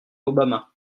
obama